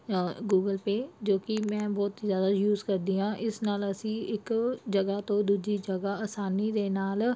Google Pay ਜੋ ਕਿ ਮੈਂ ਬਹੁਤ ਹੀ ਜ਼ਿਆਦਾ ਯੂਜ਼ ਕਰਦੀ ਹਾਂ ਇਸ ਨਾਲ ਅਸੀਂ ਇੱਕ ਜਗ੍ਹਾ ਤੋਂ ਦੂਜੀ ਜਗ੍ਹਾ ਆਸਾਨੀ ਦੇ ਨਾਲ